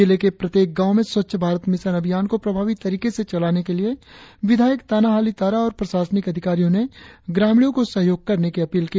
जिले के प्रत्येक गांच में स्वच्छ भारत मिशन अभियान को प्रभावी तरीके से चलाने के लिए विधायक ताना हाली तारा और प्रशासनिक अधिकारियों ने ग्रामीणों को सहयोग करने की अपील की